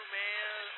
man